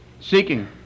seeking